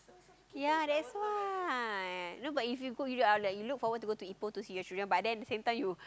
ya that's why no but if you go like you look forward to go to Ipoh to see you children but then at the same time you